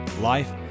life